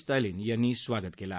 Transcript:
स्टालिन यांनी स्वागत कलि